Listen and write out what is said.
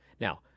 now